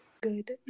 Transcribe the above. Good